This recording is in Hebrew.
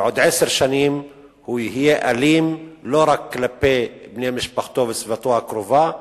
בעוד עשר שנים הוא יהיה אלים לא רק כלפי בני משפחתו וסביבתו הקרובה,